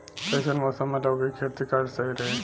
कइसन मौसम मे लौकी के खेती करल सही रही?